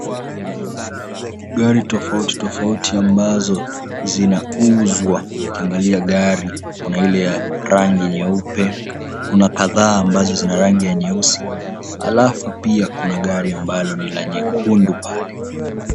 Gari tofauti tofauti ambazo zinauzwa. Ukiangalia gari kuna ile ya rangi nyeupe, kuna kadhaa ambazo zina rangi ya nyeusi, alafu pia kuna gari ambalo lina nyekundu pale.